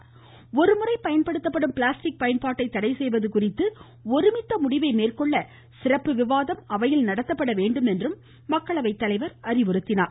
மேலும் ஒருமுறை பயன்படுத்தப்படும் பிளாஸ்டிக் பயன்பாட்டை தடை செய்வது குறித்து ஒருமித்த முடிவை மேற்கொள்ள சிறப்பு விவாதம் அவையில் நடத்தப்பட வேண்டும் என்றும் அநிவுறுத்தினார்